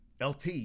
LT